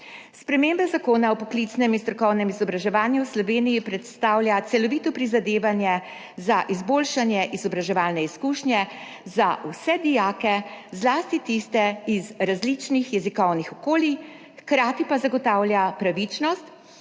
Spremembe Zakona o poklicnem in strokovnem izobraževanju v Sloveniji predstavljajo celovito prizadevanje za izboljšanje izobraževalne izkušnje za vse dijake, zlasti tiste iz različnih jezikovnih okolij, hkrati pa zagotavljajo pravičnost,